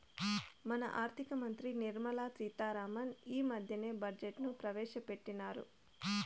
మన ఆర్థిక మంత్రి నిర్మలా సీతా రామన్ ఈ మద్దెనే బడ్జెట్ ను ప్రవేశపెట్టిన్నారు